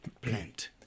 plant